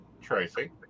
Tracy